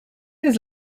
his